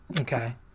Okay